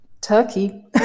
Turkey